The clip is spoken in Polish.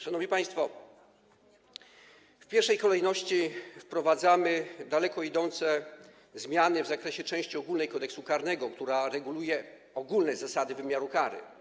Szanowni państwo, w pierwszej kolejności wprowadzamy daleko idące zmiany w zakresie części ogólnej Kodeksu karnego, która reguluje ogólne zasady wymiaru kary.